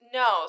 no